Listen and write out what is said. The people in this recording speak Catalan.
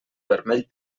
vermell